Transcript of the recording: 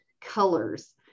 colors